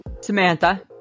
samantha